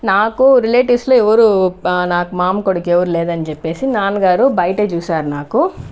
నాకు రిలేటివ్స్లో ఎవరు నాకు మామ కొడుకు ఎవరు లేరు అని చెప్పేసి నాన్నగారు బయటే చూశారు నాకు